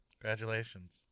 Congratulations